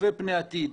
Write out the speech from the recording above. צופה פני עתיד.